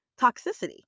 toxicity